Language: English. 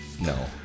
No